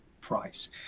price